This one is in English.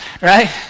right